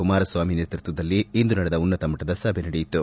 ಕುಮಾರಸ್ವಾಮಿ ನೇತೃತ್ವದಲ್ಲಿ ಇಂದು ನಡೆದ ಉನ್ನತ ಮಟ್ಟದ ಸಭೆ ನಡೆಯಿತು